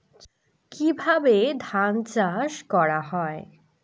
কিভাবে ধান চাষ করা হয়?